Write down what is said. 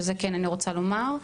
את זה אני כן רוצה לומר.